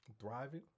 thriving